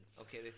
Okay